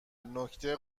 نکته